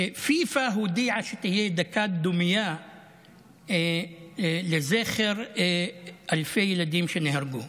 שבו פיפ"א הודיעה שתהיה דקת דומייה לזכר אלפי ילדים שנהרגו.